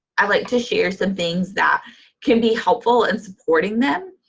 i'd like to share some things that can be helpful in supporting them.